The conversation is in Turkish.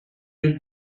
yüz